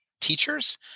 teachers